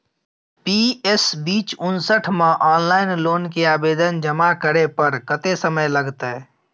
PS बीच उनसठ म ऑनलाइन लोन के आवेदन जमा करै पर कत्ते समय लगतै?